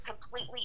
completely